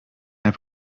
herr